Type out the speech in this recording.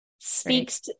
speaks